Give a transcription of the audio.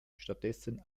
stattdessen